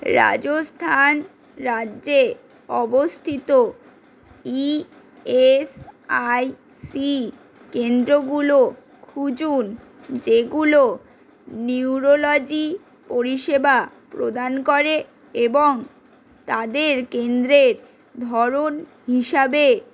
রাজস্থান রাজ্যে অবস্থিত E S I C কেন্দ্রগুলো খুঁজুন যেগুলো নিউরোলজি পরিষেবা প্রদান করে এবং তাদের কেন্দ্রের ধরন হিসাবে